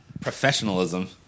Professionalism